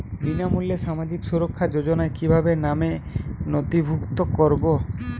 বিনামূল্যে সামাজিক সুরক্ষা যোজনায় কিভাবে নামে নথিভুক্ত করবো?